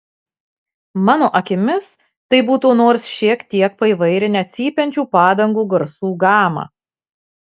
mano akimis tai būtų nors šiek tiek paįvairinę cypiančių padangų garsų gamą